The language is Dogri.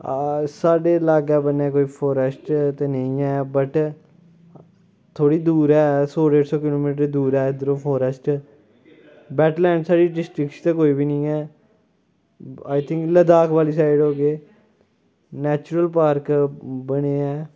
साढ़े लाग्गै बन्नै कोई फारेस्ट ते निं ऐ बट थोह्ड़ी दूर ऐ सौ डेढ सौ किलो मीटर दूर ऐ इद्धर ओह् फारेस्ट वैटलैंड साढ़ी डिस्टिक च कोई बी निं ऐ आई थिंक लद्दाख वाली साइड होगी नैचुरल पार्क बने ऐ